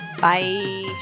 Bye